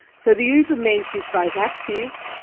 so the ubermensch is both active,